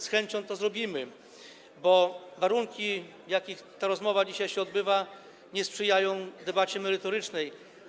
Z chęcią to zrobimy, bo warunki, w jakich ta rozmowa dzisiaj się odbywa, nie sprzyjają debacie merytorycznej.